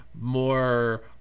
more